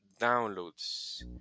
downloads